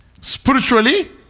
Spiritually